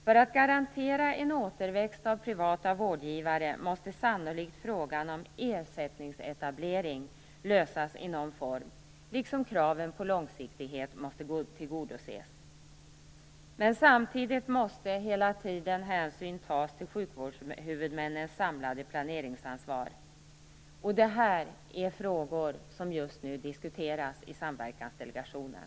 För att garantera en återväxt av privata vårdgivare måste sannolikt frågan om ersättningsetablering lösas i någon form, liksom kraven på långsiktighet måste tillgodoses. Men samtidigt måste hela tiden hänsyn tas till sjukvårdshuvudmännens samlade planeringsansvar. De här frågorna diskuteras just nu i Samverkansdelegationen.